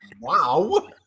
wow